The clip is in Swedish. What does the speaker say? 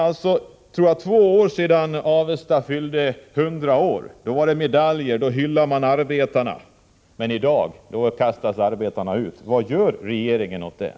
Det är två år sedan Avesta fyllde 100 år. Då utdelades medaljer och då hyllades arbetarna. I dag kastas arbetarna ut. Vad gör regeringen åt det?